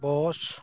bus